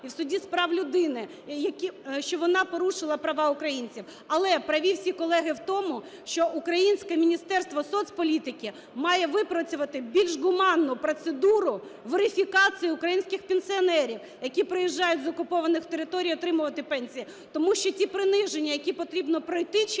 і в суді з прав людини, які... що вона порушила права українців. Але праві всі колеги в тому, що українське Міністерствосоцполітики має випрацювати більш гуманну процедуру верифікації українських пенсіонерів, які приїжджають з окупованих територій отримувати пенсії, тому що ті приниження, які потрібно пройти часто